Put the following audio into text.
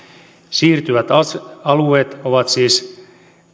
siirtyvät alueet ovat siis